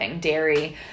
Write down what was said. dairy